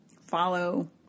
Follow